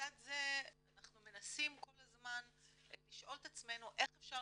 ולצד זה אנחנו מנסים כל הזמן לשאול את עצמנו איך אפשר